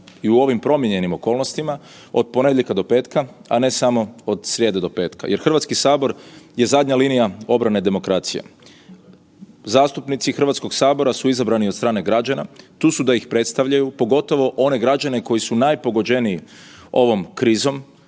i u ovim promijenjenim okolnostima od ponedjeljka do petka, a ne samo od srijede do petka, jer Hrvatski sabor je zadnja linija obrane demokracije. Zastupnici Hrvatskog sabora su izabrani od strane građana tu su da ih predstavljaju pogotovo one građane koji su najpogođeniji ovom krizom,